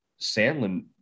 sandlin